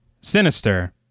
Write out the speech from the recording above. Sinister